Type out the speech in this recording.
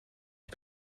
ich